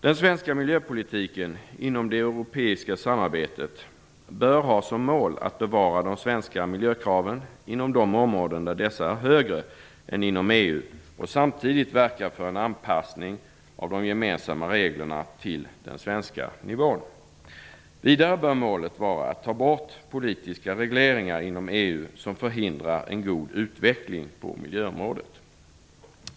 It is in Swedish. Den svenska miljöpolitiken inom det europeiska samarbetet bör ha som mål att bevara de svenska miljökraven inom de områden där dessa är högre än inom EU och samtidigt verka för en anpassning av de gemensamma reglerna till den svenska nivån. Vidare bör målet vara att ta bort politiska regleringar inom EU som förhindrar en god utveckling på miljöområdet.